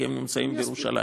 כי הם נמצאים בירושלים.